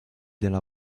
della